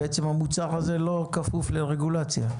והמוצר הזה לא כפוף לרגולציה.